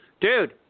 Dude